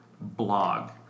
blog